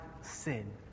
sin